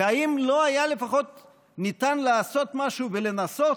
האם לא היה לפחות ניתן לעשות משהו ולנסות?